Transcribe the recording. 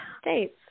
States